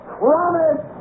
promise